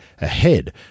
ahead